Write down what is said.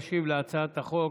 ישיב על הצעת החוק